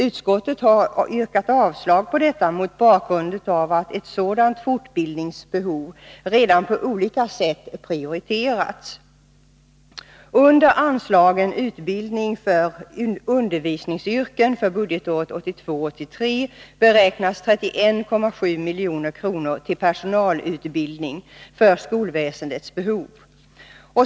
Utskottet har yrkat avslag på detta, mot bakgrund av att ett sådant fortbildningsbehov redan på olika sätt prioriterats. Under anslaget Utbildning för undervisningsyrken för budgetåret 1982/83 beräknas 31,7 milj.kr. till personalutbildning för skolväsendets behov.